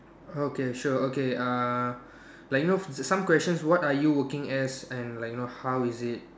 okay sure okay uh like you know some questions what are you working as and like you know how is it